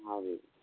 हाँ जी